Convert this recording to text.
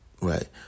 Right